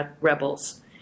rebels